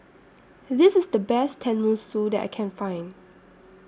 This IS The Best Tenmusu that I Can Find